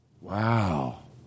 Wow